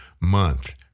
month